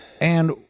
And-